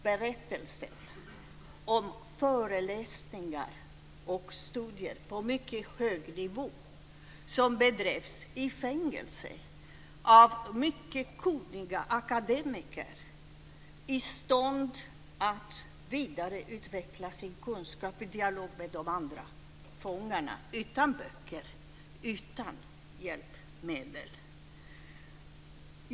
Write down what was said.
Berättelserna om föreläsningar och studier på mycket hög nivå, som bedrevs i fängelse av mycket kunniga akademiker i stånd att vidareutveckla sin kunskap i dialog med de andra fångarna utan böcker och utan hjälpmedel, var en ständig refräng.